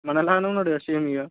మనలాగానే ఉన్నాడు కదా సేమ్ ఇక